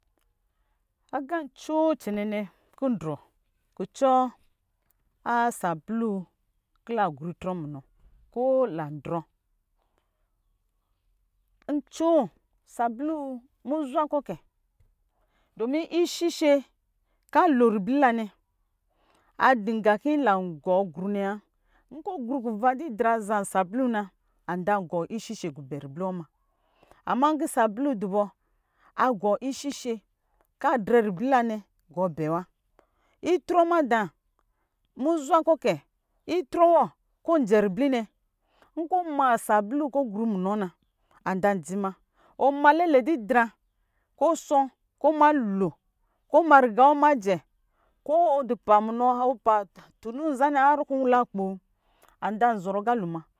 Agancoo cɛnɛnɛ kɔ ndrɔ kucɔ a sapluu kɔ laa grɔ itrɔ munɔ ko landrɔ ncoo sapluu muza kɔ kɛ domi ishishe kɔ alo ribu la nɛ adɔ nga kɔ langɔɔ gru nɛ wa, igrɔ didra zan sapluu na anza gɔ ishishe bɛ ribli wɔ ma ama nkɔ sapluu dubɔ agɔ ishishe kɔ adrɛ ribli la nɛ gɔɔ bɛ wa itrɔ mada muzwa kɔ kɛ itrɔ wɔ kɔ ɔnjɛ ribli nɛ nkɔ ɔma sapluu kɔ ɔgru munɔ na anda dzi ma ɔma lɛlɛ didra kɔ ɔshɔ ko lokɔ ɔma ɔɛ kɔ ɔma itrɔ jɛ ko si pa nzani har kɔ nwala akpo adadi zɔrɔ agaloma